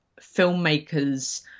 filmmakers